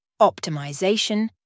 Optimization